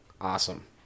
Awesome